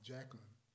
Jacqueline